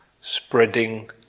spreading